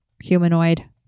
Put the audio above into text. humanoid